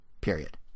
Period